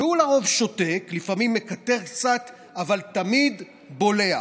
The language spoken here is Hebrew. והוא לרוב שותק, לפעמים מקטר קצת, אבל תמיד בולע.